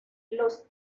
los